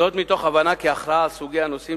זאת מתוך הבנה כי ההכרעה על סוגי הנושאים